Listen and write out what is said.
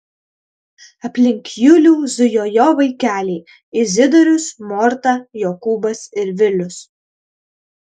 aplink julių zujo jo vaikeliai izidorius morta jokūbas ir vilius